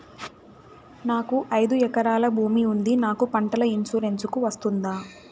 నాకు ఐదు ఎకరాల భూమి ఉంది నాకు పంటల ఇన్సూరెన్సుకు వస్తుందా?